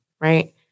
Right